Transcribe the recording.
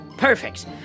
Perfect